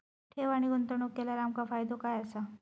ठेव आणि गुंतवणूक केल्यार आमका फायदो काय आसा?